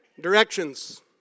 Directions